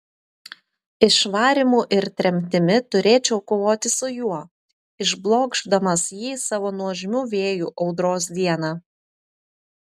išvarymu ir tremtimi turėčiau kovoti su juo išblokšdamas jį savo nuožmiu vėju audros dieną